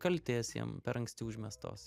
kaltės jiem per anksti užmestos